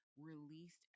released